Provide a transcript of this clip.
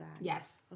Yes